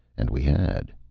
and we had.